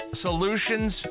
solutions